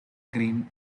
green